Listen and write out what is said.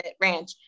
Ranch